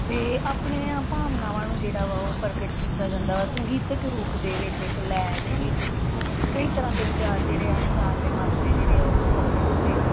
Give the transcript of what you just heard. ਅਤੇ ਆਪਣੀਆਂ ਭਾਵਨਾਵਾਂ ਨੂੰ ਜਿਹੜਾ ਵਾ ਉਹ ਪ੍ਰਗਟ ਕੀਤਾ ਜਾਂਦਾ ਵਾ ਸੰਗੀਤਕ ਰੂਪ ਦੇ ਵਿੱਚ ਇੱਕ ਲੈਅ ਦੇ ਵਿੱਚ ਕਈ ਤਰ੍ਹਾਂ ਦੇ ਵਿਚਾਰ ਜਿਹੜੇ ਆ ਇਨਸਾਨ ਦੇ ਮਨ ਦੇ ਜਿਹੜੇ ਆ ਉਦੋਂ ਪ੍ਰਗਟ ਹੁੰਦੇ ਆ